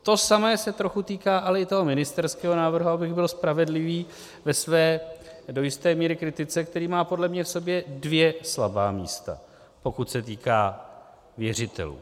To samé se trochu týká ale i ministerského návrhu, abych byl spravedlivý ve své do jisté míry kritice, který má podle mě v sobě dvě slabá místa, pokud se týká věřitelů.